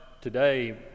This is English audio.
today